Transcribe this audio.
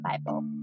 bible